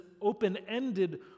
open-ended